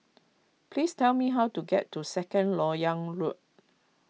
please tell me how to get to Second Lok Yang Road